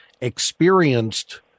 experienced